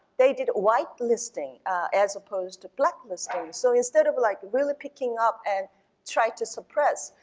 they did whitelisting as opposed to blacklisting. so instead of like really picking up and trying to suppress,